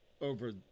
over